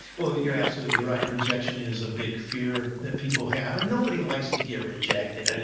well, you're absolutely right, rejection is a big fear that people have and nobody likes to get rejected. and